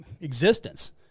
existence